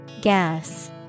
Gas